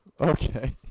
okay